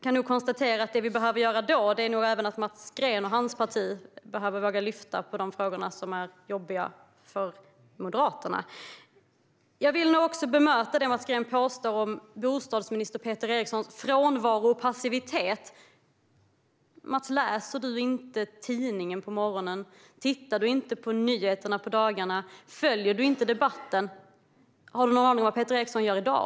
Men då behöver nog Mats Green och hans parti våga lyfta upp de frågor som är jobbiga för Moderaterna. Låt mig bemöta det Mats Green påstår om bostadsminister Peter Erikssons frånvaro och passivitet. Läser du inte tidningen på morgonen, Mats? Tittar du inte på nyheterna på dagarna? Följer du inte debatten? Har du någon aning om vad Peter Eriksson gör i dag?